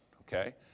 okay